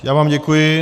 Já vám děkuji.